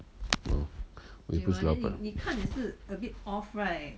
uh 我又不是老板